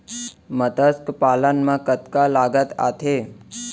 मतस्य पालन मा कतका लागत आथे?